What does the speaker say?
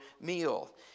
meal